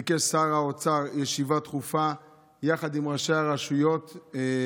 ביקש שר האוצר ישיבה דחופה יחד עם ראשי הרשויות.